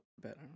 better